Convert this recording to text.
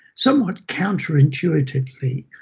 somewhat counterintuitively,